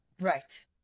Right